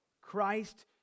Christ